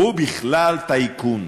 הוא בכלל טייקון.